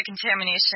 contamination